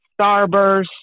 starburst